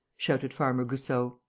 shouted farmer goussot.